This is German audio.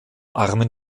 armen